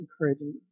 encouraging